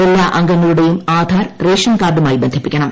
എല്ലാ അംഗങ്ങളുടെയും ആധാർ റേഷൻ കാർഡുമായി ബന്ധിപ്പിക്കണം